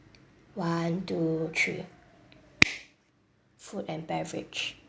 one two three food and beverage